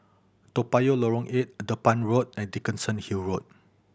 Toa Payoh Lorong Eight Dedap Road and Dickenson Hill Road